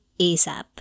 ASAP